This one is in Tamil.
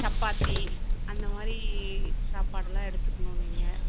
சப்பாத்தி அந்த மாதிரி சாப்பாடுல்லாம் எடுத்துக்கணும் நீங்கள்